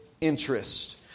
interest